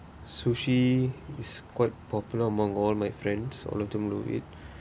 sushi is quite popular among all my friends all of them love it